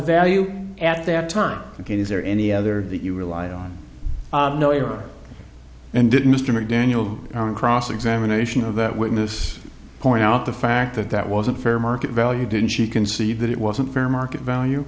value at that time again is there any other that you rely on no you are and did mr mcdaniel on cross examination of that witness point out the fact that that wasn't fair market value didn't she concede that it wasn't fair market value